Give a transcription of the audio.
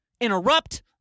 interrupt